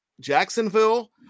Jacksonville